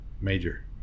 Major